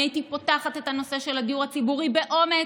אני הייתי פותחת את הנושא של הדיור הציבורי באומץ,